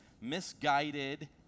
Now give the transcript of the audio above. misguided